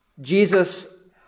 Jesus